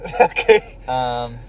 Okay